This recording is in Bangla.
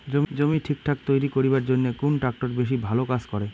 জমি ঠিকঠাক তৈরি করিবার জইন্যে কুন ট্রাক্টর বেশি ভালো কাজ করে?